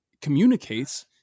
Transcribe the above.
communicates